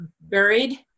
buried